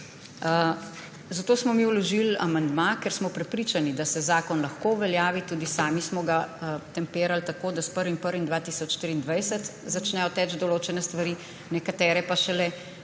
Zato smo mi vložili amandma, ker smo prepričani, da se zakon lahko uveljavi. Tudi sami smo ga tempirali tako, da s 1. 1. 2023 začnejo teči določene stvari, nekatere pa šele